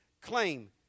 claim